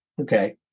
Okay